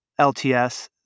LTS